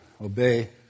obey